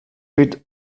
rid